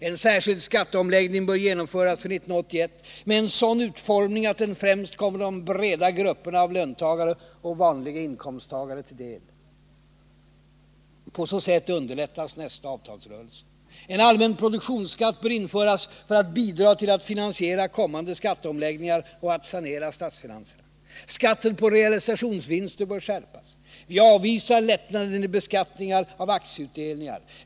En särskild skatteomläggning bör genomföras för 1981, med en sådan utformning att den främst kommer de breda grupperna av löntagare och vanliga inkomsttagare till del. På så sätt underlättas nästa avtalsrörelse. En allmän produktionsskatt bör införas för att bidra till att finansiera kommande skatteomläggningar och att sanera statsfinanserna. Skatten på realisationsvinster bör skärpas. Vi avvisar lättnader i beskattningen av aktieutdelningar.